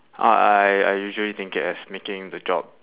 I I I usually think it as making the jobs